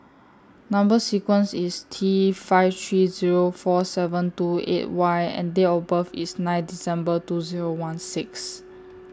Number sequence IS T five three Zero four seven two eight Y and Date of birth IS nine December two Zero one six